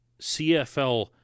CFL